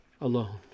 alone